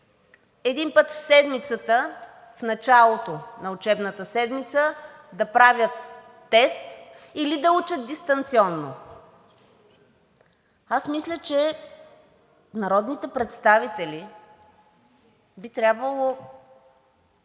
един път в седмицата, в началото на учебната седмица, да правят тест, или да учат дистанционно. Аз мисля, че народните представители би трябвало